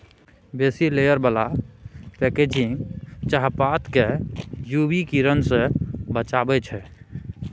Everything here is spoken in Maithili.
बेसी लेयर बला पैकेजिंग चाहपात केँ यु वी किरण सँ बचाबै छै